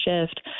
shift